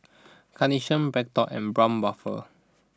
Carnation BreadTalk and Braun Buffel